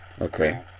Okay